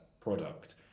product